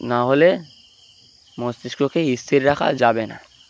নাহলে মস্তিষ্ককে ইস্থির রাখা যাবে না